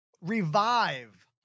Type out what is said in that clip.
revive